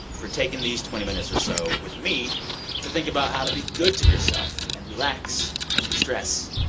for taking these twenty minutes or so with me to think about how to be good to yourself and relax and destress.